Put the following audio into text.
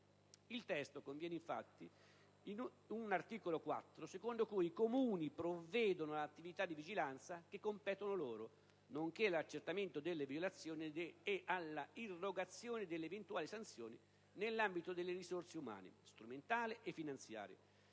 Il testo contiene infatti un articolo 4 secondo cui i comuni provvedono alle attività di vigilanza che competono loro, nonché all'accertamento delle violazioni e all'irrogazione delle eventuali sanzioni nell'ambito delle risorse umane, strumentali e finanziarie